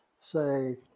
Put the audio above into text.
say